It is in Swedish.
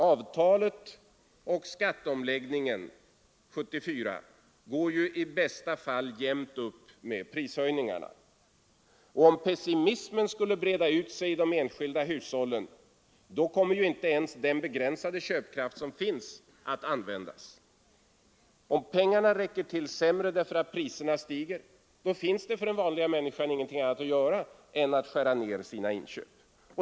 Avtalen på arbetsmarknaden och skatteomläggningen 1974 går ju i bästa fall jämnt upp med prishöjningarna. Och om pessimismen skulle breda ut sig i de enskilda hushållen, kommer inte ens den begränsade köpkraft som finns att användas. Om pengarna räcker till sämre, därför att priserna stiger, finns det för den enskilda människan ingenting annat att göra än att skära ner sina inköp.